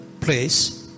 place